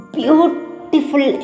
beautiful